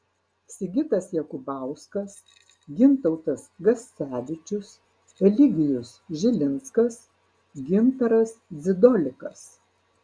sigitas jakubauskas gintautas gascevičius eligijus žilinskas gintaras dzidolikas